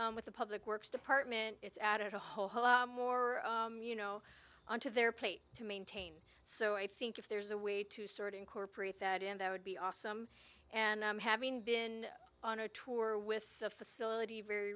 discuss with the public works department it's added a whole more you know onto their plate to maintain so i think if there's a way to sort incorporate that in that would be awesome and having been on a tour with the facility very